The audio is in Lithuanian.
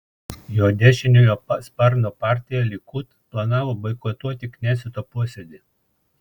jo dešiniojo sparno partija likud planavo boikotuoti kneseto posėdį